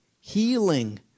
healing